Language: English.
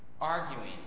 arguing